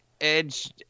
edge